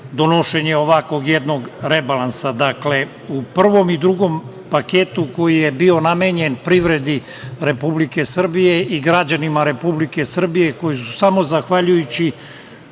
donošenje ovako jednog rebalansa. Dakle, u prvom i drugom paketu koji je bio namenjen privredi Republike Srbije i građanima Republike Srbije koji su samo zahvaljujući